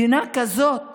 מדינה כזאת